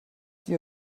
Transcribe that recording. die